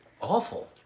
awful